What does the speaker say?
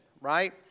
right